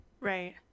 Right